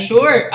Sure